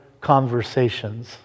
conversations